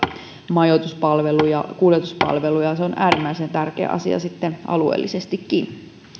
majoituspalveluja kuljetuspalveluja se on äärimmäisen tärkeä asia sitten alueellisestikin